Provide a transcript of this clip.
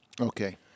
Okay